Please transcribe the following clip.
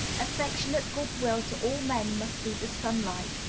affectionate good-will to all men must be the sunlight,